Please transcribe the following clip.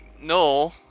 no